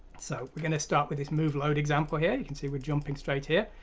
so we're going to start with this move load example here, you can see we're jumping straight here.